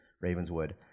Ravenswood